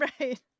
Right